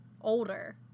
older